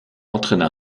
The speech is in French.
entraîna